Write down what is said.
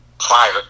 fire